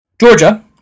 Georgia